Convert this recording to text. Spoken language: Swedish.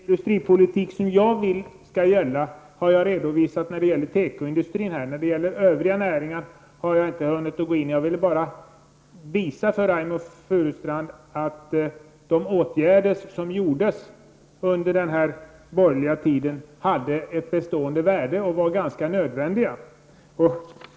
Fru talman! Den industripolitik som jag vill skall föras har jag redovisat när det gäller tekoindustrin. Jag har däremot inte hunnit gå in på övriga näringar. Jag ville bara visa för Reynoldh Furustrand att de åtgärder som vidtogs under den borgerliga tiden hade ett bestående värde och var ganska nödvändiga.